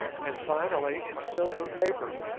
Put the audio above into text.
and finally in silver paper.